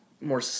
more